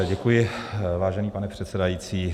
Děkuji, vážený pane předsedající.